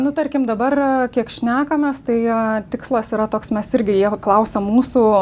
nu tarkim dabar kiek šnekamės tai tikslas yra toks mes irgi jie klausia mūsų